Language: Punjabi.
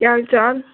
ਕਿਆ ਹਾਲ ਚਾਲ